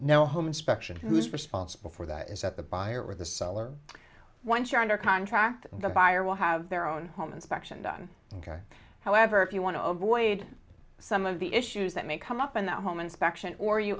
know home inspections who's responsible for that is that the buyer or the seller once you're under contract the buyer will have their own home inspection done however if you want to avoid some of the issues that may come up in the home inspection or you